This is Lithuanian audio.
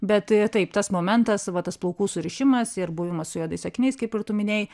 bet taip tas momentas va tas plaukų surišimas ir buvimas su juodais akiniais kaip ir tu minėjai